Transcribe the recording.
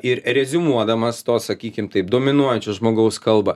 ir reziumuodamas to sakykim taip dominuojančio žmogaus kalbą